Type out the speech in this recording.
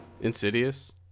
insidious